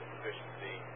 Efficiency